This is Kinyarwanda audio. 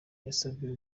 yasabye